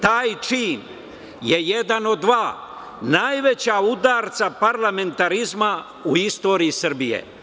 Taj čin je jedan od dva najveća udarca parlamentarizma u istoriji Srbije.